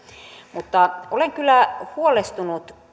mutta olen kyllä huolestunut